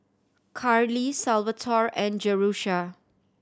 Carley Salvatore and Jerusha